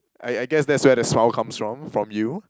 I I guess that's where the smile comes from from you